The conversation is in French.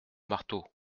marteau